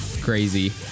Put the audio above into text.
crazy